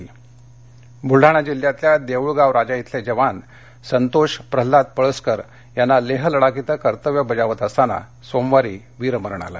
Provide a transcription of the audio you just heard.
बलढाणा बुलडाणा जिल्ह्यातल्या देऊळगाव राजा श्विले जवान संतोष प्रल्हाद पळसकर यांना लेह लडाख श्विं कर्तव्य बजावत असताना सोमवारी वीरमरण आलं